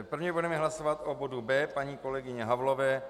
První budeme hlasovat o bodu B paní kolegyně Havlové.